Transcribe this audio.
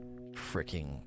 Freaking